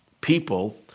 people